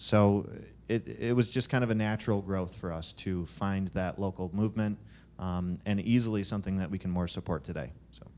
so it was just kind of a natural growth for us to find that local movement and easily something that we can more support today